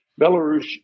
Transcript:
Belarus